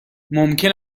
ممکن